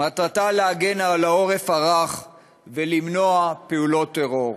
מטרתה להגן על העורף הרך ולמנוע פעולות טרור,